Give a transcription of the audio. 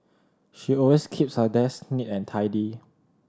she always keeps her desk neat and tidy